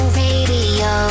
radio